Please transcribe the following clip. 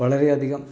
വളരെ അധികം